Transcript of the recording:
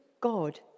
God